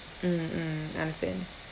mm mm understand